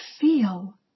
feel